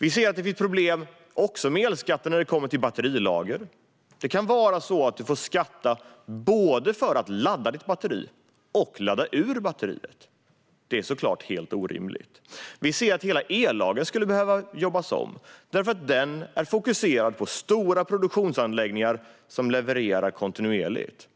Vi ser att det finns problem med elskatten också när det gäller batterilager. Man kan få skatta både för att ladda batteriet och för att ladda ur det. Det är helt orimligt. Hela ellagen skulle behöva arbetas om, för den är fokuserad på stora produktionsanläggningar som levererar kontinuerligt.